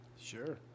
Sure